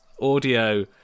audio